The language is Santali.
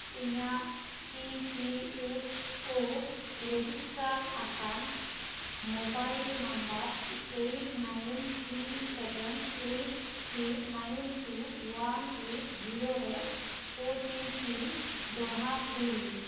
ᱤᱧᱟᱹᱜ E P F O register ᱟᱠᱟᱱ mobile number eight nine three seven eight three nine two one eight zero ᱨᱮ ᱳ ᱴᱤ ᱯᱤ ᱫᱚᱲᱦᱟ ᱠᱩᱞ ᱢᱮ